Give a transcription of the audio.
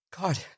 God